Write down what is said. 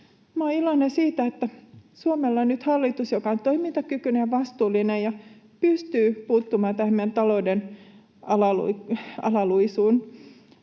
olen iloinen siitä, että Suomella on nyt hallitus, joka on toimintakykyinen ja vastuullinen ja pystyy puuttumaan tähän meidän talouden alaluisuun.